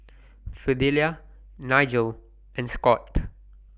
Fidelia Nigel and Scott